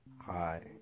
hi